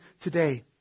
today